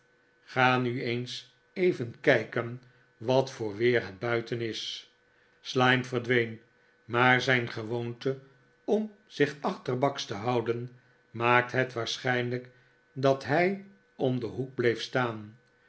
ga nu eens even kijken wat voor weer het buiten is slyme verdween maar zijn gewoonte om zich achterbaks te houden maakt het waarschijnlijk dat hij om den hoek bleef staan